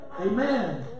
Amen